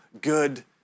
good